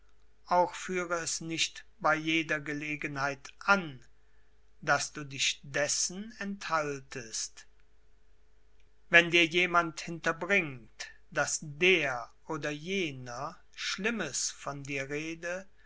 auch führe es nicht bei jeder gelegenheit an daß du dich dessen enthaltest xii wenn dir jemand hinterbringt daß der oder jener schlimmes von dir rede